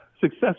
success